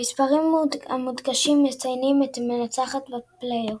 המספרים המודגשים מציינים את המנצחת בפלייאוף.